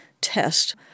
test